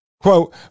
Quote